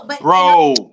Bro